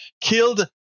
killed